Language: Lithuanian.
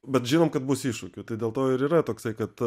bet žinom kad bus iššūkių tai dėl to ir yra toksai kad